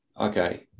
Okay